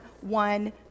one